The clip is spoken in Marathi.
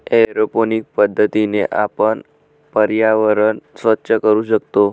एरोपोनिक पद्धतीने आपण पर्यावरण स्वच्छ करू शकतो